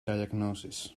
diagnosis